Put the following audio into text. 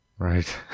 Right